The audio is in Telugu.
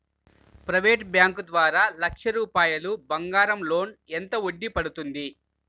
ప్రైవేట్ బ్యాంకు ద్వారా లక్ష రూపాయలు బంగారం లోన్ ఎంత వడ్డీ పడుతుంది?